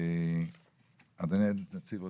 אדוני הנציב,